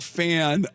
fan